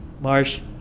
Marsh